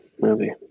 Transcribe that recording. movie